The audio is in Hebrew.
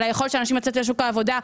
על היכולת של אנשים לצאת לשוק העבודה,